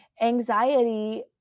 anxiety